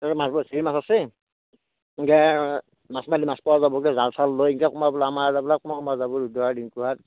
এ মাৰিব আহিছে এই মাছ আছে এংকে মাছ মাৰিলে মাছ পোৱা যাব এনেকে জাল ছাল লৈ এনেকে কোনোবাই বোলে আমাৰ এতে বোলে কোনোবা কোনোবা যাব ৰুদ্ৰহাঁত ৰিংকুহাঁত